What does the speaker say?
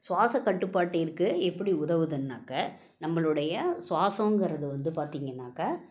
சுவாசக் கட்டுப்பாட்டிற்கு எப்படி உதவுதுன்னாக்க நம்பளுடைய சுவாசம்கிறது வந்து பார்த்திங்கன்னாக்க